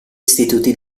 istituti